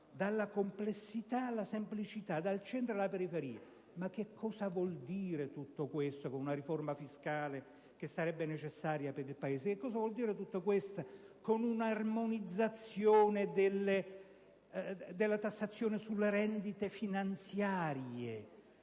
dalla complessità alla semplicità, dal centro alla periferia. Ma che cosa vuol dire tutto questo con una riforma fiscale che sarebbe necessaria per il Paese? Cosa vuol dire tutto questo con una armonizzazione della tassazione sulle rendite finanziarie?